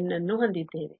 n ಅನ್ನು ಹೊಂದಿದ್ದೇವೆ